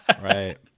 right